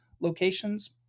locations